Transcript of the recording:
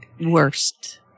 worst